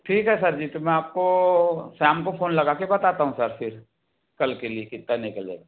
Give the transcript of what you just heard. ठीक है सर जी तो मैं आपको शाम को फोन लगा के बताता हूँ सर फिर कल के लिए कितना निकल जाएगा